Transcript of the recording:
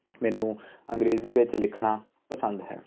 ਮੈਨੂੰ ਅੰਗਰੇਜ਼ੀ ਵਿੱਚ ਲਿਖਣਾ ਪਸੰਦ ਹੈ